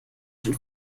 schon